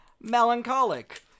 Melancholic